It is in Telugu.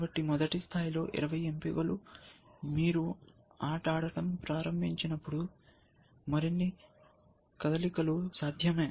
కాబట్టి మొదటి స్థాయిలో 20 మరియు మీరు ఆట ఆడటం ప్రారంభించినప్పుడు మరిన్ని కదలికలు సాధ్యమే